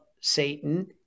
Satan